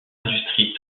industrie